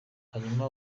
hanyuma